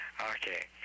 Okay